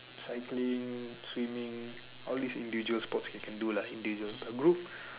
cycling swimming all these individual sports you can do lah but group